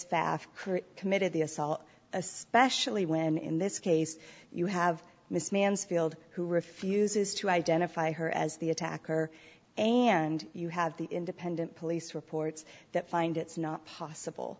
pfaff committed the assault especially when in this case you have missed mansfield who refuses to identify her as the attacker and you have the independent police reports that find it's not possible